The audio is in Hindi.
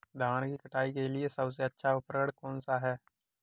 धान की कटाई के लिए सबसे अच्छा उपकरण कौन सा है?